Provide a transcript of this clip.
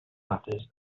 matters